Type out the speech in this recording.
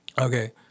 okay